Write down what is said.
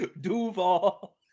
Duval